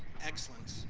excellence,